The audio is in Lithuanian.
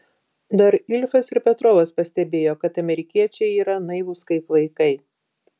dar ilfas ir petrovas pastebėjo kad amerikiečiai yra naivūs kaip vaikai